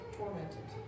tormented